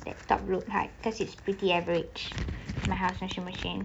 that top height like cause it's pretty average my house washing machine